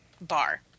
bar